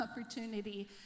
opportunity